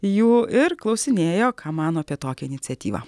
jų ir klausinėjo ką mano apie tokią iniciatyvą